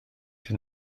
hyn